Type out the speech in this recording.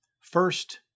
First